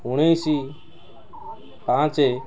ଉଣେଇଶି ପାଞ୍ଚ